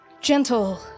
Gentle